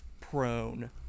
prone